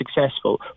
successful